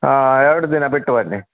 ಎರಡು ದಿನ ಬಿಟ್ಟು ಬನ್ನಿ